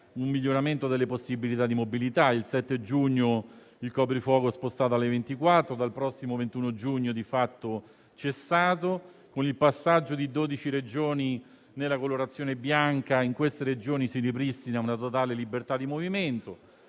un miglioramento delle possibilità di mobilità: il 7 giugno il coprifuoco è stato spostato alle ore 24, e dal prossimo 21 giugno cesserà; con il passaggio di dodici Regioni nella colorazione bianca, nel loro territorio si ripristina una totale libertà di movimento.